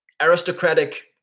aristocratic